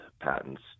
patents